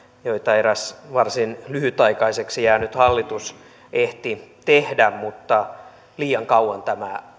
joita eräs varsin lyhytaikaiseksi jäänyt hallitus ehti tehdä mutta liian kauan tämä